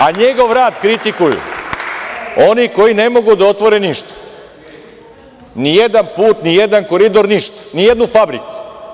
A njegov rad kritikuju oni koji ne mogu da otvore ništa, nijedan put, nijedan koridor, ništa, nijednu fabriku.